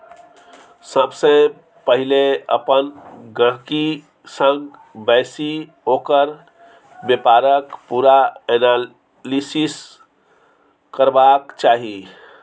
सबसँ पहिले अपन गहिंकी संग बैसि ओकर बेपारक पुरा एनालिसिस करबाक चाही